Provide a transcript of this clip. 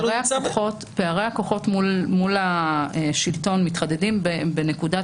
פערי הכוחות מול השלטון מתחדדים בנקודת